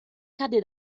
cade